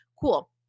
cool